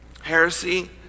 Heresy